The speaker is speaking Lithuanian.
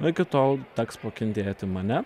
o iki tol teks pakentėti mane